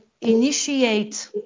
initiate